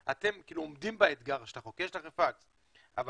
כאילו עומדים באתגר של החוק, יש לכם פקס, אבל